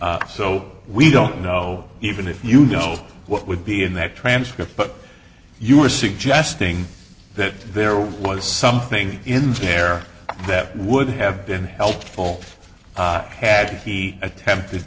so we don't know even if you know what would be in that transcript but you are suggesting that there was something in there that would have been helpful had he attempted